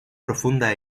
profundas